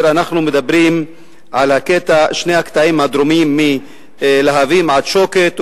אנחנו מדברים על שני הקטעים הדרומיים מלהבים עד שוקת,